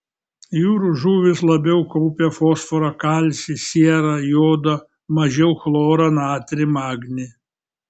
jūrų žuvys labiau kaupia fosforą kalcį sierą jodą mažiau chlorą natrį magnį